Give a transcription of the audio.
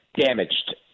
damaged